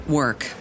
work